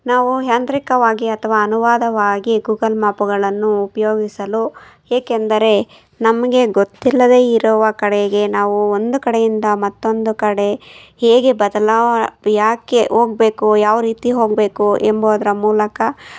ನಾವು ಯಾಂತ್ರಿಕವಾಗಿ ಅಥವಾ ಅನುವಾದವಾಗಿ ಗೂಗಲ್ ಮ್ಯಾಪುಗಳನ್ನು ಉಪಯೋಗಿಸಲು ಏಕೆಂದರೆ ನಮಗೆ ಗೊತ್ತಿಲ್ಲದೇ ಇರುವ ಕಡೆಗೆ ನಾವು ಒಂದು ಕಡೆಯಿಂದ ಮತ್ತೊಂದು ಕಡೆ ಹೇಗೆ ಬದಲಾವ ಯಾಕೆ ಹೋಗ್ಬೇಕು ಯಾವ ರೀತಿ ಹೋಗಬೇಕು ಎಂಬುದ್ರ ಮೂಲಕ